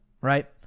right